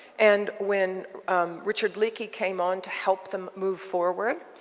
and when richard leakey came on to help them move forward,